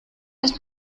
los